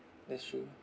that's true